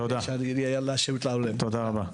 תודה רבה.